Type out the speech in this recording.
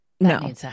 no